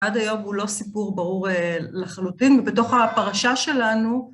עד היום הוא לא סיפור ברור לחלוטין, ובתוך הפרשה שלנו,